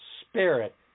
Spirit